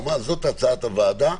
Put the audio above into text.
זאת הצעת הוועדה,